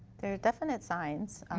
definite signs.